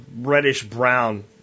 reddish-brown